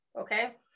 okay